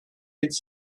its